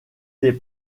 des